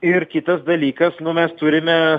ir kitas dalykas mes turime